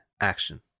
action